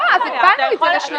לא, אז הגבלנו את זה לשנתיים.